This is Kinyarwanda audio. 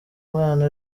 mwana